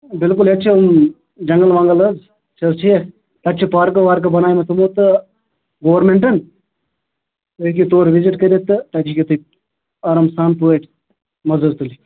بِلکُل ییٚتہِ چھِ یِم جنٛگل ونٛگل حظ چھَ حظ ٹھیٖک تَتہِ چھِ پارکہٕ وارکہٕ بناومژِٕ تہٕ گورنمِنٹن تُہۍ ہیٚکِو تور وِِزِٹ کٔرِتھ تہٕ تتہِ ہیٚکِو تُہۍ آرام سان پٲٹھۍ مزٕ حظ تُلِتھ